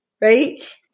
right